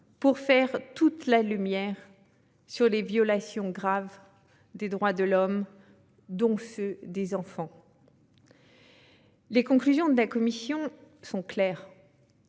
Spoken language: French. pour faire toute la lumière sur les violations graves des droits de l'homme, dont ceux des enfants. Les conclusions de cette commission sont claires.